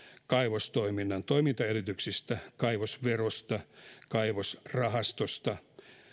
kaivostoiminnan toimintaedellytyksistä kaivosverosta kaivosrahastosta